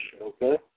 Okay